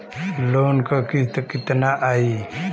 Loan क किस्त कितना आई?